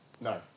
No